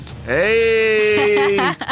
Hey